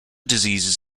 diseases